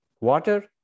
water